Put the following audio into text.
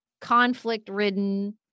conflict-ridden